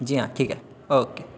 जी हाँ ठीक है ओ के